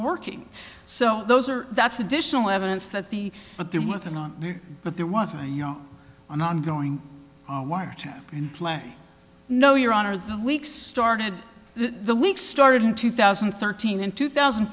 working so those are that's additional evidence that the but there wasn't but there was a you know an ongoing wiretap in play no your honor the weeks started the leaks started in two thousand and thirteen in two thousand